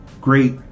great